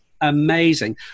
amazing